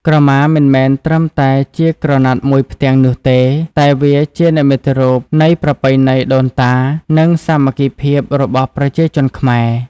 ក្រមា មិនមែនត្រឹមតែជាក្រណាត់មួយផ្ទាំងនោះទេ តែវាជានិមិត្តរូបនៃប្រពៃណីដូនតា និងសាមគ្គីភាពរបស់ប្រជាជនខ្មែរ។